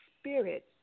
spirit